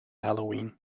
halloween